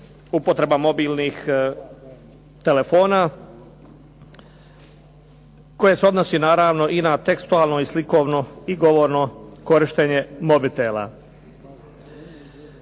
upotreba mobilnih telefona koja se odnosi naravno i na tekstualno i slikovno i govorno korištenje mobitela.